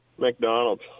McDonald's